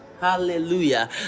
hallelujah